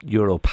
euro